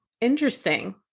Interesting